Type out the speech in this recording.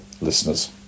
listeners